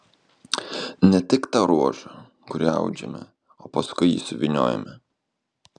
ne tik tą ruožą kurį audžiame o paskui jį suvyniojame